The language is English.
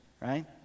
right